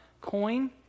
coin